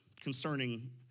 Concerning